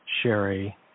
Sherry